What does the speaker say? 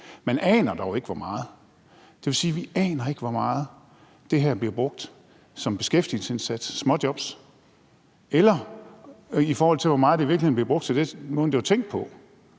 Man aner dog ikke hvor meget, og det vil sige, at vi ikke aner, hvor meget det her bliver brugt som beskæftigelsesindsats i forhold til småjobs, eller hvor meget det i virkeligheden bliver brugt på den måde, som det i sin tid